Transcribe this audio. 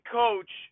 coach